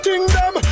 Kingdom